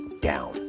down